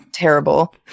Terrible